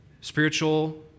Spiritual